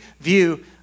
view